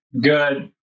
good